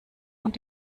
und